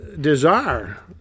desire